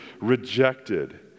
rejected